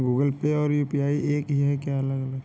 Google Pay और UPI एक ही है या अलग?